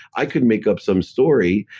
i could make up some story,